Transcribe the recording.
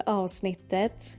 avsnittet